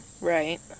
right